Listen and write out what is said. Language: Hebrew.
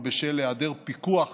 בשל היעדר פיקוח